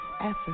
effort